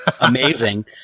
amazing